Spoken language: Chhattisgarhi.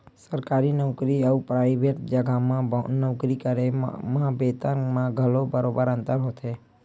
सरकारी नउकरी अउ पराइवेट जघा म नौकरी करे म बेतन म घलो बरोबर अंतर होथे